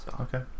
Okay